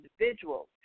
individuals